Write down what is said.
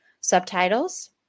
subtitles